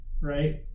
right